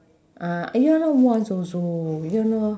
ah ya lor once also ya lah